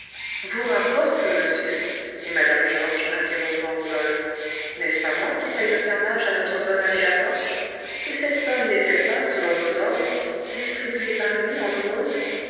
vous rapporte monsieur dit mme georges interrompant rodolphe n'est-ce pas moi qui paye le fermage à notre bon abbé laporte et cette somme n'est-elle pas selon vos ordres distribuée par lui en aumônes